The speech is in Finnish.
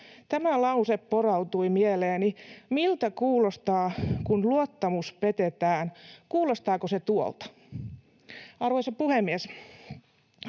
Tämä lause porautui mieleeni. Miltä kuulostaa, kun luottamus petetään? Kuulostaako se tuolta? Arvoisa puhemies!